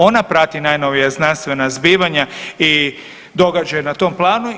Ona prati najnovija znanstvena zbivanja i događaje na tom planu.